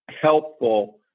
helpful